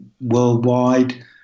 worldwide